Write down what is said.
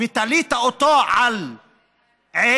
ותלית אֹתו על עץ,